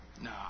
No